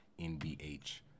nbh